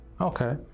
okay